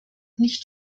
nicht